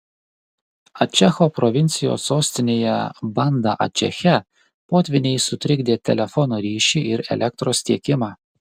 ačecho provincijos sostinėje banda ačeche potvyniai sutrikdė telefono ryšį ir elektros tiekimą